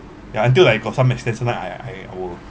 ya until like got some extent right I I I will